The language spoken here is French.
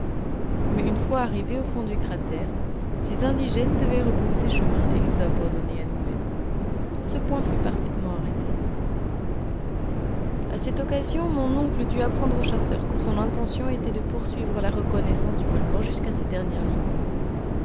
mais une fois arrivés au fond du cratère ces indigènes devaient rebrousser chemin et nous abandonner à nous-mêmes ce point fut parfaitement arrêté a cette occasion mon oncle dut apprendre au chasseur que son intention était de poursuivre la reconnaissance du volcan jusqu'à ses dernières limites